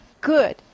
good